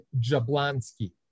Jablonski